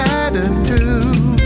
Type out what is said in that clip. attitude